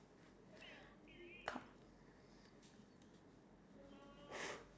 he abuse the ants and then he become small and go into the Ant world